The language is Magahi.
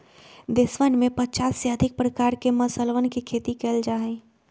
देशवन में पचास से अधिक प्रकार के मसालवन के खेती कइल जा हई